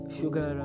sugar